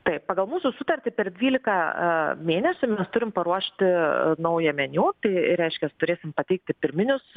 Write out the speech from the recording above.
tai pagal mūsų sutartį per dvyliką mėnesių mes turim paruošti naują meniu tai reiškias turėsim pateikti pirminius